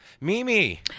Mimi